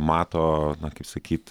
mato kaip sakyt